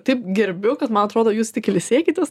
taip gerbiu kad man atrodo jūs tik ilsėkitės